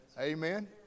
amen